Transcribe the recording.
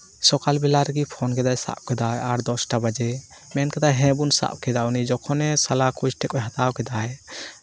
ᱥᱚᱠᱟᱞ ᱵᱮᱞᱟ ᱨᱮᱜᱮ ᱯᱷᱳᱱ ᱠᱮᱫᱟᱭ ᱥᱟᱵ ᱠᱮᱫᱟᱭ ᱟᱨ ᱫᱚᱥᱴᱟ ᱵᱟᱡᱮ ᱢᱮᱱ ᱠᱮᱫᱟᱭ ᱦᱮᱸ ᱵᱚᱱ ᱥᱟᱵ ᱠᱮᱫᱟ ᱩᱱᱤ ᱡᱚᱠᱷᱚᱱᱮ ᱥᱟᱞᱟ ᱠᱳᱪ ᱴᱷᱮᱱ ᱠᱷᱚᱱ ᱦᱟᱛᱟᱣ ᱠᱮᱫᱟᱭ